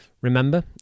Remember